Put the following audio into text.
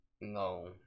No